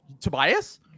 Tobias